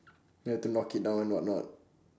you have to knock it down and whatnot